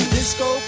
Disco